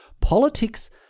Politics